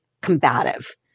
combative